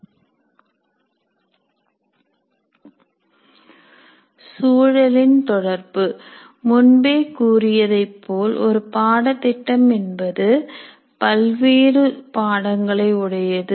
சூழலின் தொடர்பு முன்பே கூறியதைப் போல் ஒரு பாடத்திட்டம் என்பது பல்வேறு பாடங்களை உடையது